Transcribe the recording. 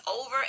over